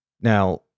Now